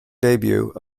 debut